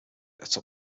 atop